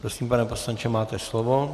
Prosím, pane poslanče, máte slovo.